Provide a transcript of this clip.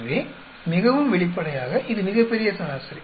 எனவே மிகவும் வெளிப்படையாக இது மிகப்பெரிய சராசரி